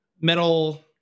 metal